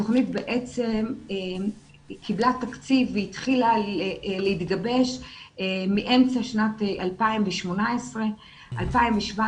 התוכנית בעצם קיבלה תקציב והתחילה להתגבש מאמצע שנת 2018. 2017